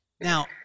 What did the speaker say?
Now